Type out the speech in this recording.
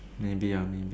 maybe ah maybe